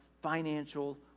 financial